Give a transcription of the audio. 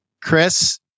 Chris